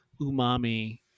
umami